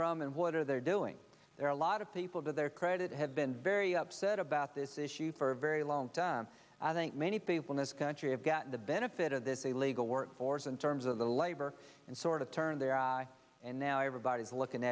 from and what are they're doing there are a lot of people to their credit have been very upset about this issue for a very long time i think many people in this country have gotten the benefit of this a legal workforce in terms of the labor and sort of turned their eye and now everybody's looking